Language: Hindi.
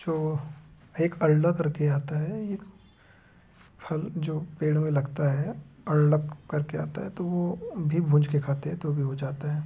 जो एक अल्डा करके आता है एक हल जो पेड़ में लगता है अल्ड़क करके आता है तो वो भी भून कर खाते हैं तो भी हो जाता है